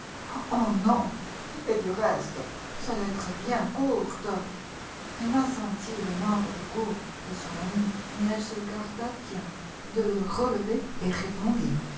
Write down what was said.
oh non et du reste sa lettre est bien courte emma sentit le manque de goût de son amie mais elle se garda bien de le relever et répondit